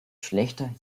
schlechter